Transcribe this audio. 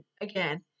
again